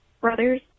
brother's